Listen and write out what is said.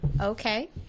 Okay